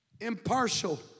impartial